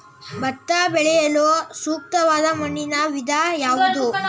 ಭತ್ತ ಬೆಳೆಯಲು ಸೂಕ್ತವಾದ ಮಣ್ಣಿನ ವಿಧ ಯಾವುದು?